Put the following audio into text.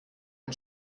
ein